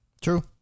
True